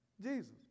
Jesus